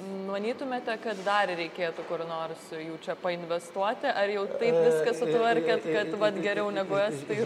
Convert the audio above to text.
manytumėte kad dar reikėtų kur nors jau čia painvestuoti ar jau taip viską sutvarkėt kad vat geriau negu estai